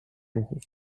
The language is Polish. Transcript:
ruchów